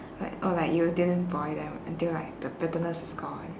like or like you didn't boil them until like the bitterness is gone